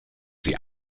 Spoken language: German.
sie